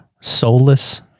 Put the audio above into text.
Soulless